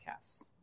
podcasts